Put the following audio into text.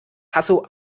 hasso